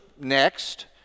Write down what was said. next